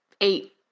eight